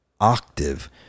octave